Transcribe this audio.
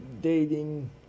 dating